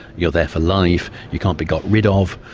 you're there for life, you can't be got rid ah of,